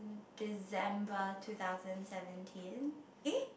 December two thousand seventeen eh